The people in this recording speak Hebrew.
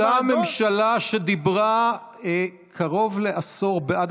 זאת הייתה הממשלה שדיברה קרוב לעשור בעד